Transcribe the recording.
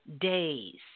days